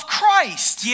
Christ